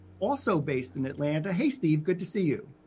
also based in atlanta, hey steve, good to see you.